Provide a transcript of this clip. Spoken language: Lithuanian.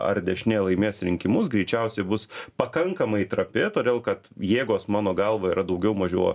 ar dešinė laimės rinkimus greičiausiai bus pakankamai trapi todėl kad jėgos mano galva yra daugiau mažiau